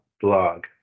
blog